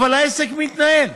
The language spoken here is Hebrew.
אבל העסק מתנהל.